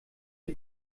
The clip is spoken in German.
ihr